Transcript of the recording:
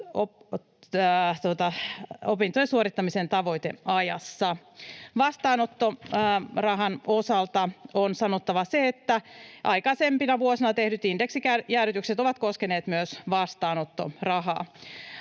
opintojen suorittamiseen tavoiteajassa. Vastaanottorahan osalta on sanottava se, että aikaisempina vuosina tehdyt indeksijäädytykset ovat koskeneet myös vastaanottorahaa.